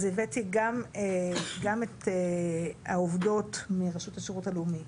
אז הבאתי גם את העובדות מרשות השירות הלאומי,